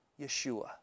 Yeshua